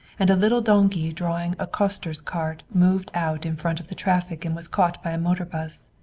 and a little donkey drawing a coster's cart moved out in front of the traffic and was caught by a motor bus.